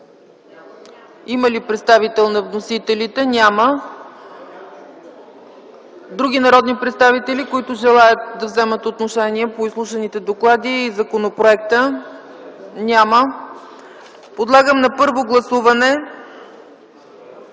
Има ли представител на вносителите? Няма. Други народни представители, които желаят да вземат отношение по изслушаните доклади и законопроекта? Няма. Подлагам на първо гласуване